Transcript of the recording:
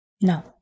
No